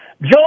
Joe